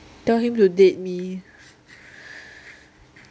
tell him to date me